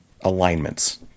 alignments